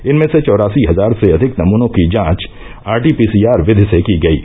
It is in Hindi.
इनमें से चौरासी हजार से अधिक नमूनों की जांच आरटीपीसीआर विधि से की गयी